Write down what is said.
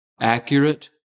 accurate